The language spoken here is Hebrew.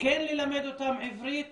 כן ללמד אותם עברית